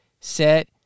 set